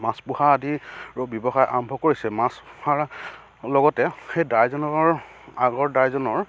মাছ পোহা আদিৰো ব্যৱসায় আৰম্ভ কৰিছে মাছ পোহাৰ লগতে সেই দাইজনৰ আগৰ দাইজনৰ